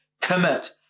Commit